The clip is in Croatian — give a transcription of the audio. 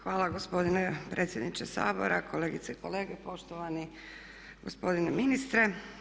Hvala gospodine predsjedniče Sabora, kolegice i kolege, poštovani gospodine ministre.